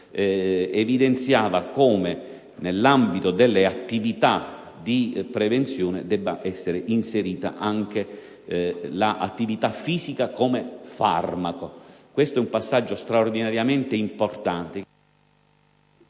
evidenziato come nell'ambito delle attività di prevenzione debba essere inserita anche quella fisica come farmaco. Questo è un passaggio straordinariamente importante